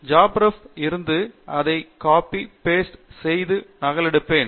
ஜாப்ரெப் ல் இருந்து அதை காபி பேஸ்ட் செய்து நகலெடுப்பேன்